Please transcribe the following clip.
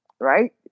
Right